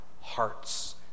hearts